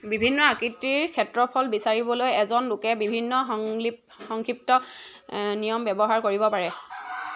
বিভিন্ন আকৃতিৰ ক্ষেত্ৰফল বিচাৰিবলৈ এজন লোকে বিভিন্ন সংলি সংক্ষিপ্ত নিয়ম ব্যৱহাৰ কৰিব পাৰে